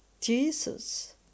Jesus